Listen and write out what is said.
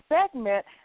segment